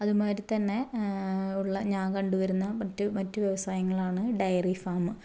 അതുമാതിരിതന്നെ ഉള്ള ഞാൻ കണ്ടുവരുന്ന മറ്റ് മറ്റ് വ്യവസായങ്ങളാണ് ഡെയറി ഫാംമ്